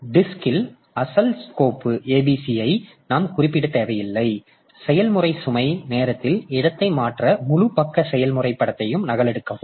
எனவே டிஸ்க்ல் அசல் கோப்பு abc ஐ நாம் குறிப்பிட தேவையில்லை செயல்முறை சுமை நேரத்தில் இடத்தை மாற்ற முழு பக்க செயல்முறை படத்தையும் நகலெடுக்கவும்